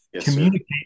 communicate